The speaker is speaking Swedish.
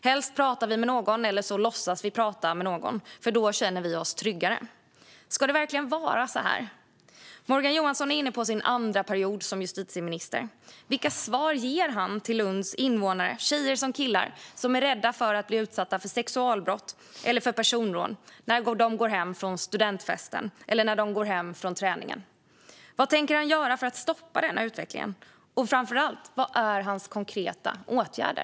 Helst pratar vi med någon eller låtsas att vi pratar med någon, för då känner vi oss tryggare. Ska det verkligen vara så här? Morgan Johansson är inne på sin andra period som justitieminister. Vilka svar ger han till Lunds invånare, tjejer som killar, som är rädda för att bli utsatta för sexualbrott eller personrån när de går hem från studentfesten eller från träningen? Vad tänker han göra för att stoppa utvecklingen? Vilka är hans konkreta åtgärder?